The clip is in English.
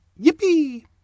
Yippee